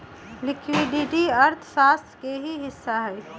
liquidity अर्थशास्त्र के ही हिस्सा हई